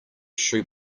shoe